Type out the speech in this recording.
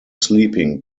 sleeping